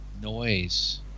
noise